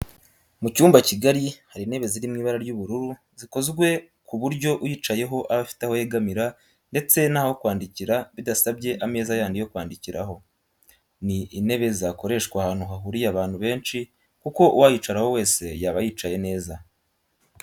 Mu cyumba kigari hari intebe ziri mu ibara ry'ubururu zikozwe ku buryo uyicayeho aba afite aho yegamira ndetse n'aho kwandikira bidasabye ameza yandi yo kwandikiraho. Ni intebe zakoreshwa ahantu hahuriye abantu benshi kuko uwayicaraho wese yaba yicaye neza